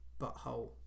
butthole